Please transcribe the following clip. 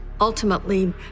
ultimately